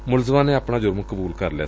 ਮੁਲਾਜ਼ਮ ਨੇ ਆਪਣਾ ਜੁਰਮ ਕਬੁਲ ਕਰ ਲਿਐ